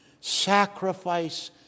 sacrifice